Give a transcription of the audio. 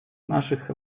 наших